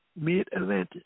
Mid-Atlantic